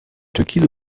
türkise